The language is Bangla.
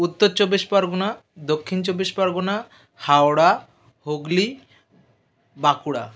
উত্তর চব্বিশ পরগনা দক্ষিণ চব্বিশ পরগনা হাওড়া হুগলী বাঁকুড়া